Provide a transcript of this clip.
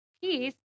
peace